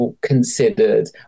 considered